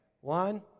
One